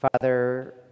Father